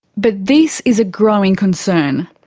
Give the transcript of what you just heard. but this is a growing concern.